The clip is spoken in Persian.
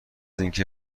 اینکه